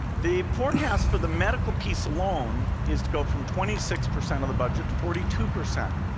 the forecast for the medical piece alone is to go from twenty six percent of the budget to forty two percent.